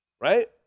Right